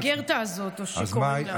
הגרטה הזאת או איך שקוראים לה.